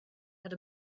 had